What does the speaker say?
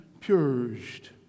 purged